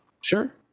Sure